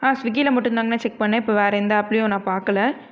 ஆ ஸ்விகில மட்டும் தாங்கணா செக் பண்ணன் இப்போ வேற எந்த ஆப்லையும் நான் பார்க்கல